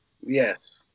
Yes